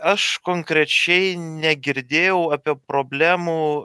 aš konkrečiai negirdėjau apie problemų